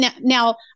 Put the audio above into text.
Now